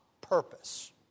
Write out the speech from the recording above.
purpose